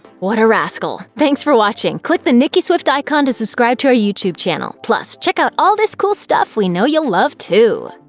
what a rascal! thanks for watching! click the nicki swift icon to subscribe to our youtube channel. plus check out all this cool stuff we know you'll love, too!